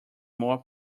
more